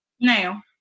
Now